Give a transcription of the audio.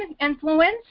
influence